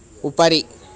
उपरि